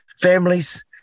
families